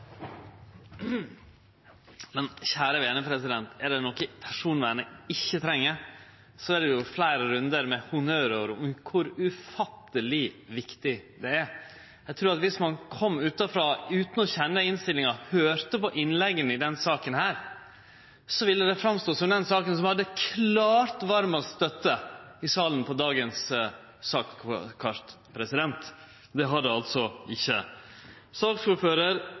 Men kjære vene, er det noko personvernet ikkje treng, så er det fleire rundar med honnørord om kor ufatteleg viktig det er. Eg trur at viss ein kom utanfrå utan å kjenne innstillinga, og høyrde på innlegga i denne saka, ville dette stått fram som den saka som hadde klart varmast støtte i salen på dagens sakskart. Det er det altså ikkje.